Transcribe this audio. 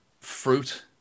fruit